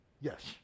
Yes